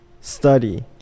study